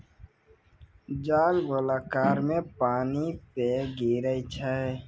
जाल गोलाकार मे पानी पे गिरै छै